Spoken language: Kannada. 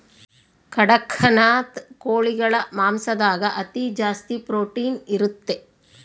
ಕಡಖ್ನಾಥ್ ಕೋಳಿಗಳ ಮಾಂಸದಾಗ ಅತಿ ಜಾಸ್ತಿ ಪ್ರೊಟೀನ್ ಇರುತ್ತೆ